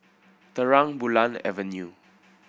Terang Bulan Avenue